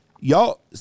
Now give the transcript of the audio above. Y'all